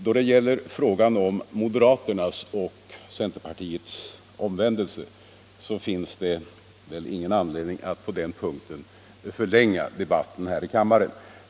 Då det gäller frågan om moderaternas och centerpartiets omvändelse finns det väl ingen anledning att förlänga debatten.